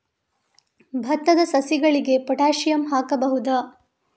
ಭತ್ತದ ಸಸಿಗಳಿಗೆ ಪೊಟ್ಯಾಸಿಯಂ ಹಾಕಬಹುದಾ?